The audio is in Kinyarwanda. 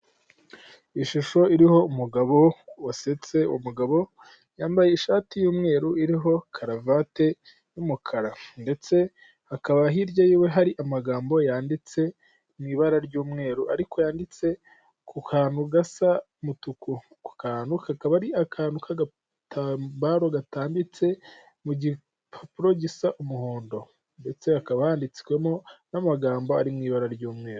Ishusho iriho umugabo wasetse umugabo yambaye ishati y'umweru iriho karavate y'umukara, ndetse hakaba hirya yiwe hari amagambo yanditse mu ibara ry'umweru ariko yanditse ku kantu gasa umutuku, ako kantu kakaba ari akantu k'agatambaro gatambitse mu gipapuro gisa umuhondo, ndetse hakaba handitswemo n'amagambo ari mu ibara ry'umweru.